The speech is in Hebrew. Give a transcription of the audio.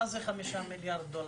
מה זה 5 מיליארד דולר?